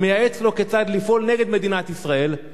ומייעץ לו כיצד לפעול נגד מדינת ישראל.